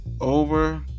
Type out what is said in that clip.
over